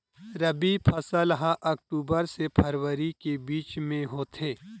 रबी फसल हा अक्टूबर से फ़रवरी के बिच में होथे